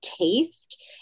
taste